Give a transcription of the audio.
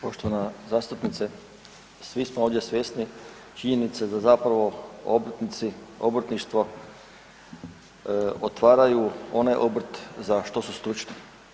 Poštovana zastupnice, svi smo ovdje svjesni činjenice da zapravo obrtnici, obrtništvo otvaraju onaj obrt za što su stručni.